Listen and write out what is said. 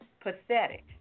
pathetic